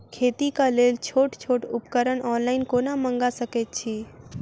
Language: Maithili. खेतीक लेल छोट छोट उपकरण ऑनलाइन कोना मंगा सकैत छी?